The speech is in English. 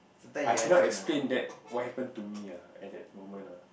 I cannot explain that what happen to me ah at that moment ah